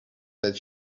that